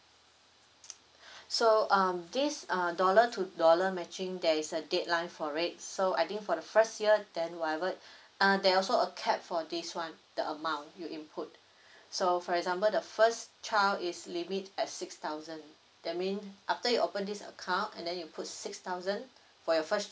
so um this uh dollar to dollar matching there is a deadline for it so I think for the first year then whatever uh there also a cap for this one the amount you input so for example the first child is limit at six thousand that mean after you open this account and then you put six thousand for your first